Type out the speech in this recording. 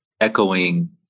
echoing